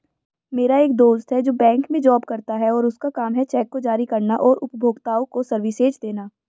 मेरा एक दोस्त है जो बैंक में जॉब करता है और उसका काम है चेक को जारी करना और उपभोक्ताओं को सर्विसेज देना